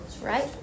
right